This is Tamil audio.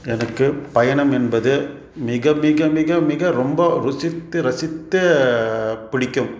எனக்கு பயணம் என்பது மிக மிக மிக மிக ரொம்ப ருசித்து ரசித்து பிடிக்கும்